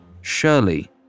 Shirley